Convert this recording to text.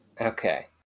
Okay